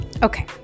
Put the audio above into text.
Okay